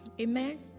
amen